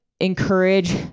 encourage